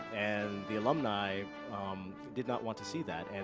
and the alumni did not want to see that. and